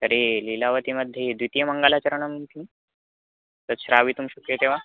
तर्हि लीलावतीमध्ये द्वितीयं मङ्गलाचरणं किं तत् श्रावयितुं शक्यते वा